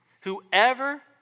Whoever